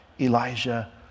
Elijah